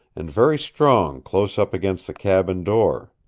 and very strong close up against the cabin door.